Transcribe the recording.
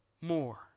more